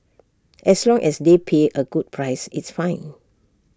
as long as they pay A good price it's fine